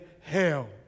hell